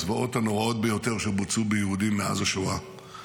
הזוועות הנוראות ביותר שבוצעו ביהודים מאז השואה.